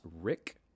rick